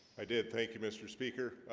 i? did thank you mr. speaker?